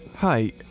Hi